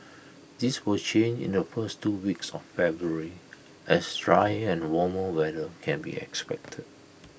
this will change in the first two weeks of February as drier and warmer weather can be expected